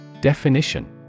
Definition